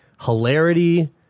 hilarity